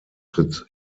tritt